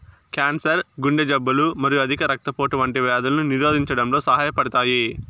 cancer, గుండె జబ్బులు మరియు అధిక రక్తపోటు వంటి వ్యాధులను నిరోధించడంలో సహాయపడతాయి